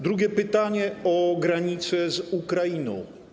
Drugie pytanie o granice z Ukrainą.